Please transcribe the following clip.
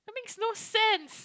it's no sense